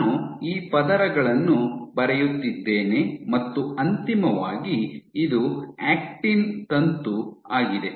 ನಾನು ಈ ಪದರಗಳನ್ನು ಬರೆಯುತ್ತಿದ್ದೇನೆ ಮತ್ತು ಅಂತಿಮವಾಗಿ ಇದು ಆಕ್ಟಿನ್ ತಂತು ಆಗಿದೆ